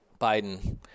Biden